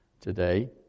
today